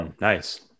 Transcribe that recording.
Nice